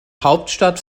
hauptstadt